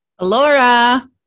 Laura